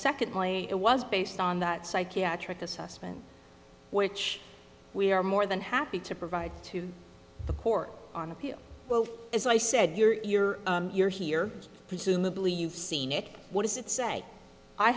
secondly it was based on that psychiatric assessment which we are more than happy to provide to the court on appeal as i said you're you're here presumably you've seen it what does it say i